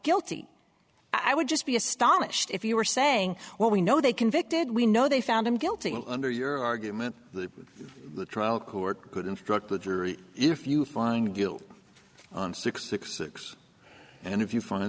guilty i would just be astonished if you were saying well we know they convicted we know they found him guilty under your argument the trial court good instructor the jury if you find guilt on six six six and if you find